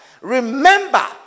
remember